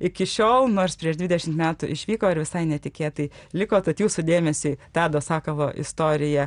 iki šiol nors prieš dvidešimt metų išvyko ir visai netikėtai liko tad jūsų dėmesiui tado sakalo istorija